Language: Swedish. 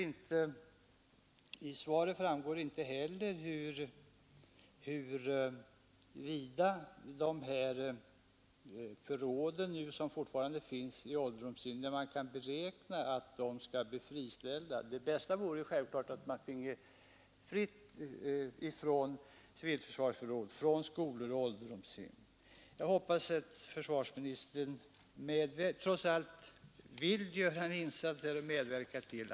Av svaret framgår inte heller när de förråd som fortfarande finns i ålderdomshem kan beräknas bli flyttade. Det är ett självklart önskemål att civilförsvarsförråden kommer bort från skolor och ålderdomshem. Jag hoppas att försvarsministern trots allt vill medverka härtill.